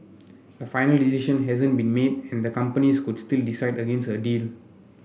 a final decision hasn't been made and the companies could still decide against a deal